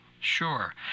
Sure